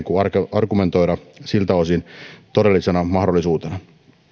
argumentoida siltä osin todellisena mahdollisuutena